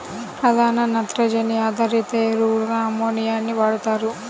ప్రధాన నత్రజని ఆధారిత ఎరువుగా అమ్మోనియాని వాడుతారు